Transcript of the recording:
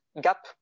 gap